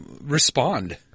respond